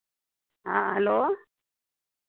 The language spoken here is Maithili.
हँ हेलो